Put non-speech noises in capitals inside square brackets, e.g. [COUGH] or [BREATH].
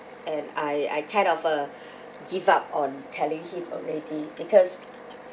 and I I kind of uh [BREATH] give up on telling him already because